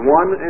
one